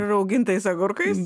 raugintais agurkais